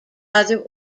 other